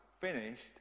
finished